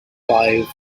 five